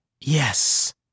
Yes